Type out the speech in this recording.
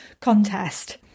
contest